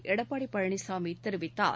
எடப்பாடி பழனிசாமி தெரிவித்தார்